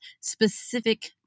specific